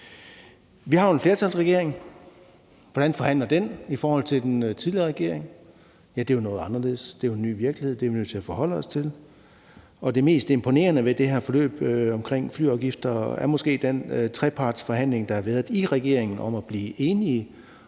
Vi har jo en flertalsregering. Hvordan forhandler den i forhold til den tidligere regering? Ja, det er jo noget anderledes. Det er en ny virkelighed. Det er vi nødt til at forholde os til. Det mest imponerende ved det her forløb omkring flyafgifter er måske den trepartsforhandling, der har været i regeringen om at blive enige